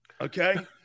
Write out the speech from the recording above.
Okay